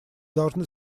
должны